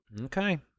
okay